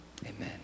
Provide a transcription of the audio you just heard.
amen